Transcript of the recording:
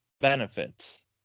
benefits